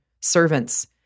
servants